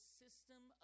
system